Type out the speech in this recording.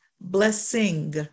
blessing